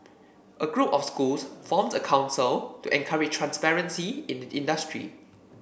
a group of schools formed a council to encourage transparency in the industry